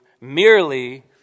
merely